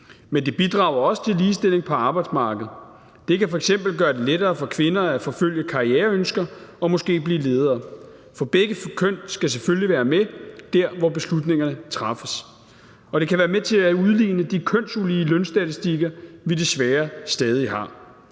men det bidrager også til ligestilling på arbejdsmarkedet. Det kan f.eks. gøre det lettere for kvinder at forfølge karriereønsker og måske blive ledere. For begge køn skal selvfølgelig være med der, hvor beslutningerne træffes. Og det kan være med til at udligne de kønsulige lønstatistikker, vi desværre stadig har.